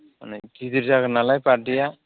माने गिदिर जागोन नालाय बार्थडे आ